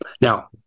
Now